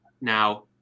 Now